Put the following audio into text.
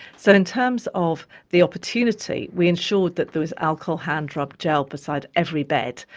so in terms of the opportunity, we ensured that there was alcohol hand-rub gel beside every bed,